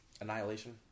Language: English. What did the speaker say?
Annihilation